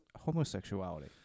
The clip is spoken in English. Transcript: homosexuality